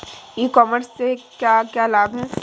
E commerce के क्या क्या लाभ हैं?